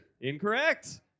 Incorrect